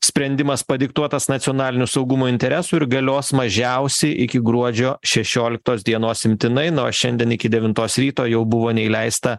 sprendimas padiktuotas nacionalinio saugumo interesų ir galios mažiausiai iki gruodžio šešioliktos dienos imtinai na o šiandien iki devintos ryto jau buvo neįleista